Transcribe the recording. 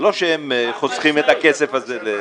זה לא שהם חוסכים את הכסף הזה.